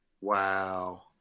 Wow